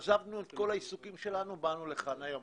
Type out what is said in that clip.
עזבנו את כל העיסוקים שלנו, באנו לכאן היום.